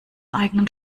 eigenen